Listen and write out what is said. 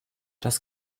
das